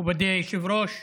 מכובדי היושב-ראש,